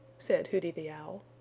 said hooty the owl.